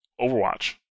Overwatch